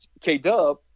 K-Dub